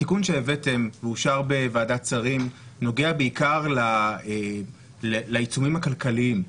התיקון שהבאתם ואושר בוועדת שרים נוגע בעיקר לעיצומים הכלכליים,